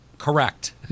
correct